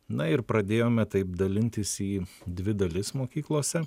na ir pradėjome taip dalintis į dvi dalis mokyklose